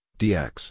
dx